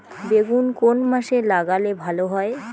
বেগুন কোন মাসে লাগালে ভালো হয়?